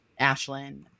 Ashlyn